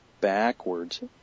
backwards